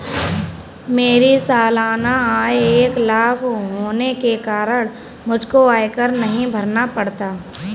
मेरी सालाना आय एक लाख होने के कारण मुझको आयकर नहीं भरना पड़ता